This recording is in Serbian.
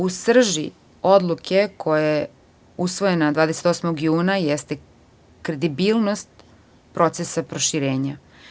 U srži odluke koja je usvojena 28. juna jeste kredibilnost procesa proširenja.